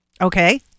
Okay